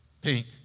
pink